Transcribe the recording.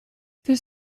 this